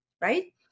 right